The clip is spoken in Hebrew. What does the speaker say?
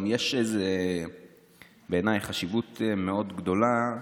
גם בעיניי יש איזו חשיבות מאוד גדולה,